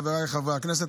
חבריי חברי הכנסת,